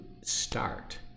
start